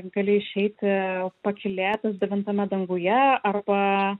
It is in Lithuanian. gali išeiti pakylėtas devintame danguje arba